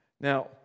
Now